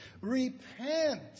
Repent